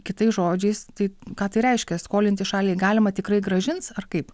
kitais žodžiais tai ką tai reiškia skolinti šaliai galima tikrai grąžins ar kaip